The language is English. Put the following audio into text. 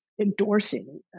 endorsing